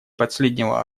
последнего